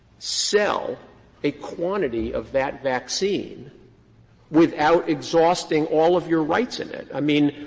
sell a quantity of that vaccine without exhausting all of your rights in it. i mean,